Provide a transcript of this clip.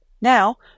Now